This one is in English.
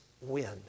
win